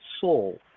soul